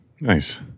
Nice